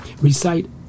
recite